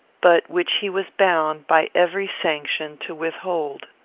but which he was bound, by every sanction, to withhold.